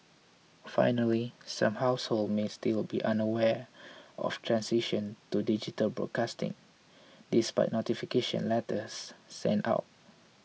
finally some households may still be unaware of transition to digital broadcasting despite notification letters sent out